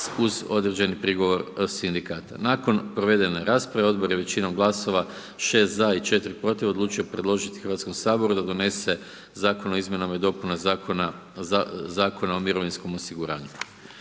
određeni prigovor Sindikata. Nakon provedene rasprave, Odbor je većinom glasova, 6 ZA i 4 PROTIV, odlučio predložiti Hrvatskom saboru da donese Zakon o izmjenama i dopuna Zakona o mirovinskom osiguranju.